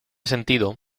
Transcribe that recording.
sentido